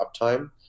uptime